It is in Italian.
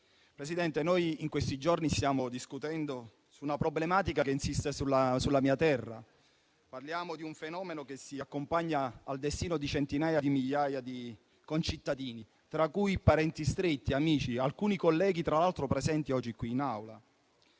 colleghi, in questi giorni stiamo discutendo di una problematica che insiste sulla mia terra. Parliamo di un fenomeno che si accompagna al destino di centinaia di migliaia di concittadini, tra cui parenti stretti, amici, alcuni colleghi, tra l'altro presenti oggi in Aula.